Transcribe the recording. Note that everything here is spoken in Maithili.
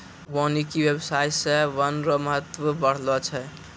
वानिकी व्याबसाय से वन रो महत्व बढ़लो छै